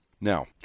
Now